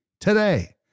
today